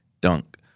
dunk